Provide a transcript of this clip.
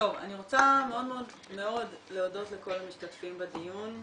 אני רוצה מאוד מאוד להודות לכל המשתתפים בדיון,